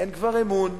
אין כבר אמון.